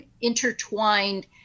intertwined